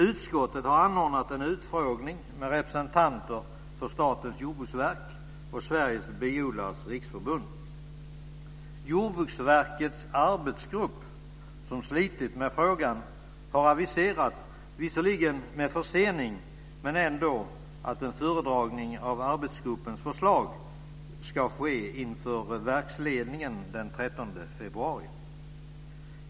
Utskottet har anordnat en utfrågning med representanter för Statens jordbruksverk och Sveriges Biodlares Riksförbund. Jordbruksverkets arbetsgrupp som slitit med frågan, har aviserat, visserligen med försening men ändå, att en föredragning av arbetsgruppens förslag ska ske inför verksledningen den 13 februari.